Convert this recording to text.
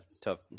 tough